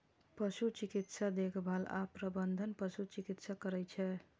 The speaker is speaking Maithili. पशु चिकित्सा देखभाल आ प्रबंधन पशु चिकित्सक करै छै